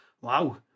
Wow